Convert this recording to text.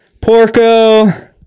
Porco